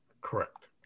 Correct